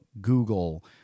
Google